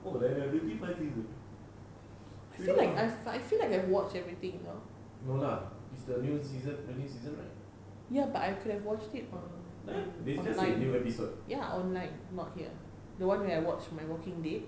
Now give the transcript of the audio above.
oh like the beauty five season itu lah no lah is the new season the new season ya there's just a new episode